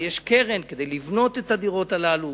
הרי יש קרן כדי לבנות את הדירות הללו.